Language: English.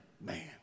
man